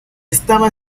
estaba